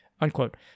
Unquote